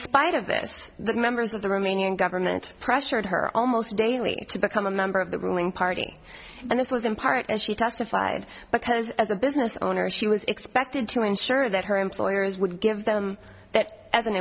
spite of this the members of the romanian government pressured her almost daily to become a member of the ruling party and this was in part as she testified because as a business owner she was expected to ensure that her employers would give them that as an